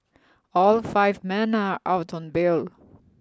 all five men are out on bail